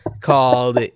called